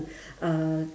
uh